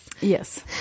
Yes